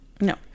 No